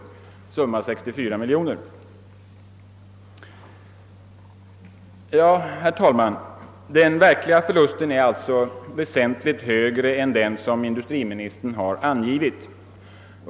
Summan av detta blir 64 miljoner kronor. Herr talman! Den verkliga förlusten är alltså väsentligt högre än den som industriministern angivit.